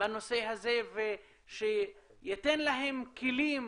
בנושא הזה ושייתן להם כלים